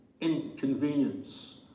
inconvenience